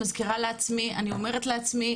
מזכירה לעצמי, אני אומרת לעצמי